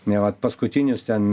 neva paskutinius ten